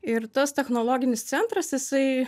ir tas technologinis centras jisai